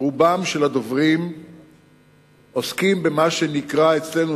רוב הדוברים עוסקים במה שנקרא אצלנו,